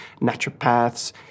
naturopaths